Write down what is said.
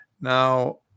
Now